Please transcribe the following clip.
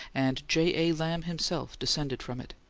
and j. a. lamb himself descended from it.